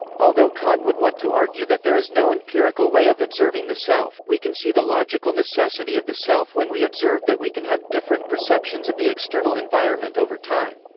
although kant would want to argue that there is no empirical way of observing the self, we can see the logical necessity of the self when we observe that we can have different perceptions of the external environment over time.